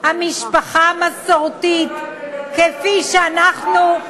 המשפחה המסורתית כפי שאנחנו,